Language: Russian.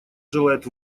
желает